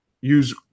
use